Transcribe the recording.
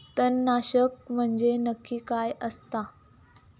तणनाशक म्हंजे नक्की काय असता?